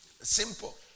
Simple